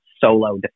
solo